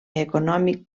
econòmic